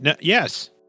Yes